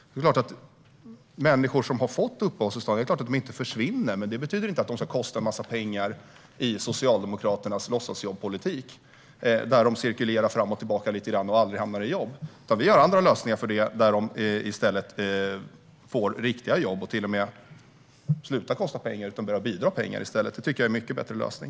Det är klart att människor som har fått uppehållstillstånd inte försvinner, men det betyder inte att de ska kosta en massa pengar i Socialdemokraternas låtsasjobbspolitik, där de cirkulerar fram och tillbaka lite grann och aldrig hamnar i jobb. Vi har andra lösningar där de får riktiga jobb och till och med slutar kosta pengar och i stället börjar bidra med pengar. Det tycker jag är en mycket bättre lösning.